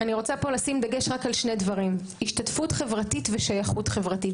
אני רוצה לשים דגש רק על שני דברים: השתתפות חברתית ושייכות חברתית.